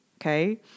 okay